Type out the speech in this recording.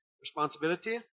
Responsibility